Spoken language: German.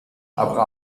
aber